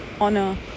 honor